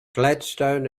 gladstone